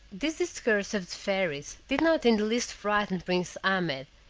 this discourse of the fairy's did not in the least frighten prince ahmed.